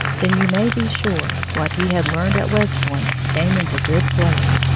then, you may be sure, what he had learned at west point came into good play.